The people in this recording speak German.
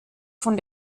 von